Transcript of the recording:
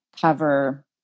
cover